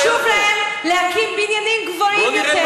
ומאוד חשוב להם להקים בנינים גבוהים יותר.